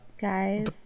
Guys